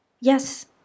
Yes